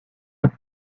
ans